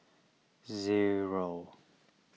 zero